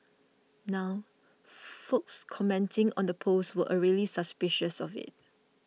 now folks commenting on the post were already suspicious of it